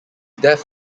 death